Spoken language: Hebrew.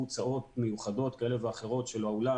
הוצאות מיוחדות כאלה ואחרות של האולם,